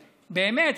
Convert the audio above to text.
באמת,